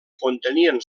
contenien